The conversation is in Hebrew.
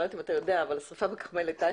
אני לא יודעת אם אתה יודע אבל השריפה בכרמל הייתה